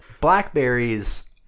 Blackberries